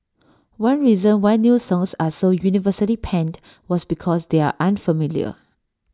one reason why new songs are so universally panned was because they are unfamiliar